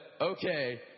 okay